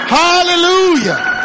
hallelujah